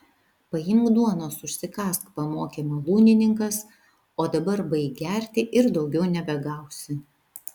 paimk duonos užsikąsk pamokė malūnininkas o dabar baik gerti ir daugiau nebegausi